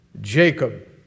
Jacob